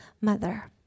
mother